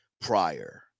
prior